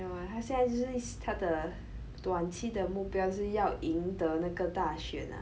ya 他现在就是他的短期的目标是要赢得那个大选啊